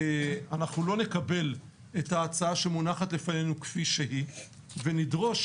אנחנו לא נקבל את ההצעה שמונחת לפנינו כפי שהיא ונדרוש